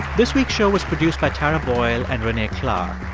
this week's show was produced by tara boyle and renee klahr.